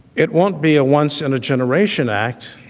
it won't be a once in a generation act,